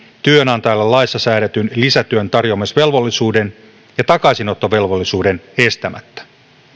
työnantajalle laissa säädetyn lisätyön tarjoamisvelvollisuuden ja takaisinottovelvollisuuden estämättä